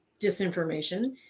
disinformation